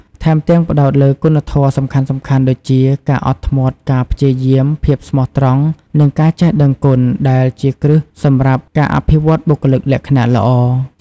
ថែមទាំង ផ្តោតលើគុណធម៌សំខាន់ៗដូចជា ការអត់ធ្មត់ ការព្យាយាម ភាពស្មោះត្រង់ និងការចេះដឹងគុណ ដែលជាគ្រឹះសម្រាប់ការអភិវឌ្ឍបុគ្គលិកលក្ខណៈល្អ។